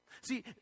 See